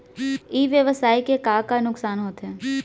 ई व्यवसाय के का का नुक़सान होथे?